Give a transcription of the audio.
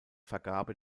vergabe